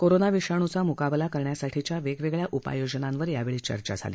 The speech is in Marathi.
कोरोना विषाणूचा मुकाबला करण्यासाठीच्या वेगवेगळ्या उपाययोजनांवर यावेळी चर्चा झाली